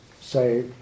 say